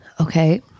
Okay